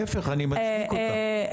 להיפך אני מצדיק אותך,